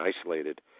isolated